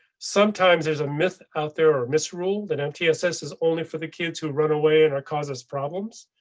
sometimes there's a myth out there or misrule that mtss is only for the kids who run away and are cause, us problems.